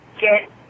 get